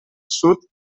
sud